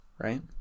right